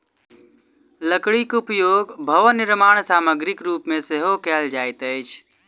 लकड़ीक उपयोग भवन निर्माण सामग्रीक रूप मे सेहो कयल जाइत अछि